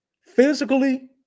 physically